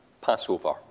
Passover